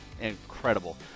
incredible